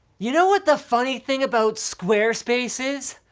you know what the funny thing about squarespace is?